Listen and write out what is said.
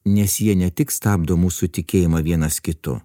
nes jie ne tik stabdo mūsų tikėjimą vienas kitu